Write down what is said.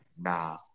Nah